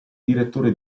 direttore